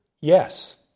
yes